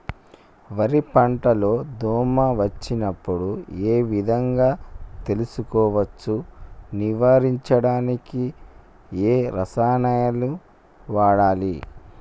వరి పంట లో దోమ వచ్చినప్పుడు ఏ విధంగా తెలుసుకోవచ్చు? నివారించడానికి ఏ రసాయనాలు వాడాలి?